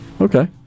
Okay